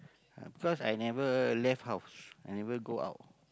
uh because I never left house I never go out